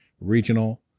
regional